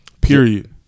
Period